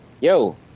Yo